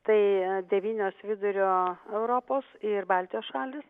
tai devynios vidurio europos ir baltijos šalys